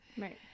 right